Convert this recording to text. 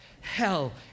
hell